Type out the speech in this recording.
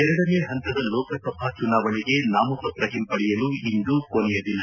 ಎರಡನೇ ಹಂತದ ಲೋಕಸಭಾ ಚುನಾವಣೆಗೆ ನಾಮಪತ್ರ ಹಿಂಪಡೆಯಲು ಇಂದು ಕೊನೆಯ ದಿನ